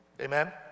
Amen